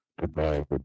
Goodbye